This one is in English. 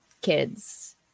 kids